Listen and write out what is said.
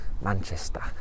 Manchester